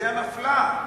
והמרכזייה נפלה.